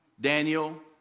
Daniel